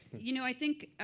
you know i think